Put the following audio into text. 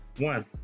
One